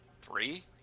Three